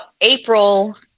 April